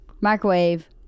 microwave